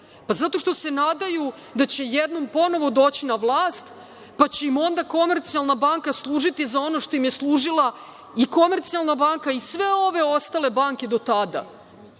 Zato što se nadaju da će jednom ponovo doći na vlast, pa će im onda „Komercijalna banka“ služiti za ono što im je služila i „Komercijalna banka“ i sve ove ostale banke do tada,